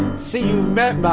see matt ah